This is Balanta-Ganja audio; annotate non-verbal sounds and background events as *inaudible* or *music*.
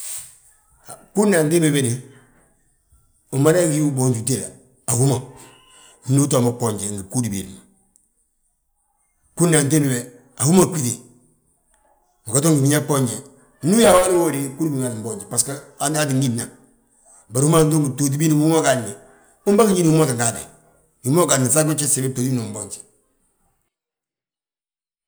*noise* bgúudna antimbi be de, umada gi uboonji utída a hú ma, *noise* ndu uu tto mo gboonje, ngi bgúudi biindi ma. Bgúudna antimbi we, a hú ma bgíte, uga to ngi biñaŋ gboonje. Ndu uyaa hal uwooyi we de hani aa tti yísna, bari, hú ma btooti biindi ma bi ma ugaadni; Unbagi ñín wi ma holi gaadni, wi ma udaadni ŧagu gjif gsibi gwili giindi ma mboonji *noise*